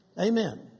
amen